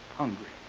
hungry.